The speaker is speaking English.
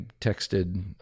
texted